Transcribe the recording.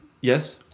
Yes